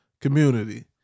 community